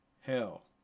hell